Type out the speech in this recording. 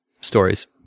stories